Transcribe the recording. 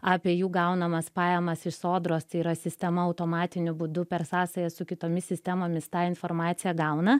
apie jų gaunamas pajamas iš sodros tai yra sistema automatiniu būdu per sąsajas su kitomis sistemomis tą informaciją gauna